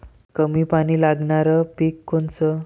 कमी पानी लागनारं पिक कोनचं?